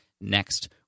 next